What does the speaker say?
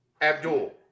Abdul